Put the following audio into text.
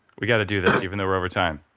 we've got to do this even though we're over time.